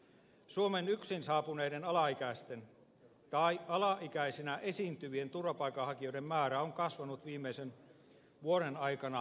suomeen yksin saapuneiden alaikäisten tai alaikäisinä esiintyvien turvapaikanhakijoiden määrä on kasvanut viimeisen vuoden aikana merkittävästi